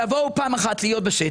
שיבואו פעם לשטח.